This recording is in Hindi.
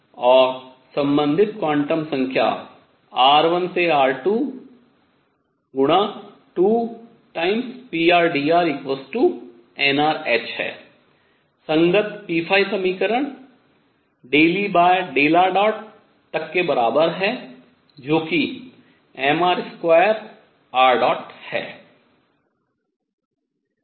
और संबंधित क्वांटम प्रतिबन्ध r1 से r2 गुना 2 prdrnrh है संगत p समीकरण ∂E∂r तक के बराबर है जो कि mr2ṙ है